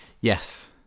Yes